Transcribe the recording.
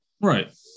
right